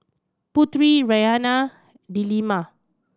Putri Raihana and Delima